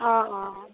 অঁ অঁ অঁ